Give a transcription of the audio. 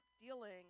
dealing